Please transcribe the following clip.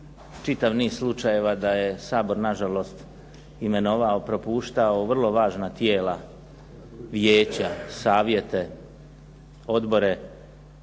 čitav niz slučajeva da je Sabor na žalost imenovao, propuštao vrlo važna tijela, vijeća, savjete, odbore,